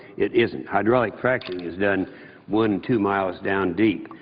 it isn't. hydraulic fracturing is done one, two miles down deep.